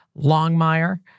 Longmire